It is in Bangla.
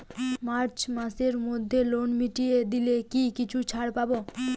মার্চ মাসের মধ্যে লোন মিটিয়ে দিলে কি কিছু ছাড় পাব?